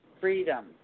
freedom